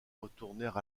retournèrent